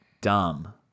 dumb